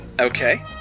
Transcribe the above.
Okay